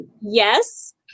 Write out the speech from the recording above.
yes